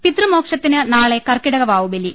പിതൃമോക്ഷത്തിന് നാളെ കർക്കിടക വാവുബലി